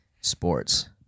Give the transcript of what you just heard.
sports